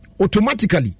automatically